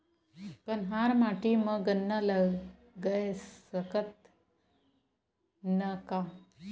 कन्हार माटी म गन्ना लगय सकथ न का?